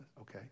Okay